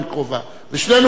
ושנינו קרובים מאוד,